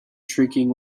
shrieking